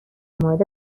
مورد